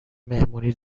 مهمونی